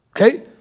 Okay